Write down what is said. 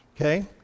Okay